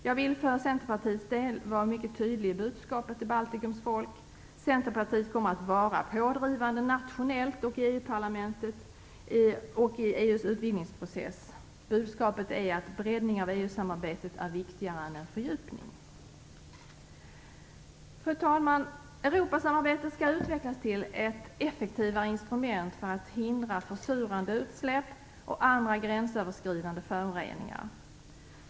Jag vill för Centerpartiets del vara mycket tydlig i budskapet till Baltikums folk: Centerpartiet kommer att vara pådrivande nationellt och i EU-parlamentet i EU:s utvidgningsprocess. Budskapet är att en breddning av EU-samarbetet är viktigare än en fördjupning. Fru talman! Europasamarbetet skall utvecklas till ett effektivare instrument för att hindra försurande utsläpp och andra gränsöverskridande föroreningar.